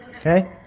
Okay